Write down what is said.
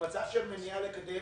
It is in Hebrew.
במצב של מניעה לקדם